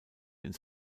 ins